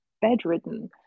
bedridden